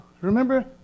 Remember